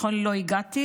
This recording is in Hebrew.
לכן לא הגעתי.